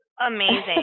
amazing